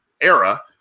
era